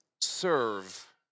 serve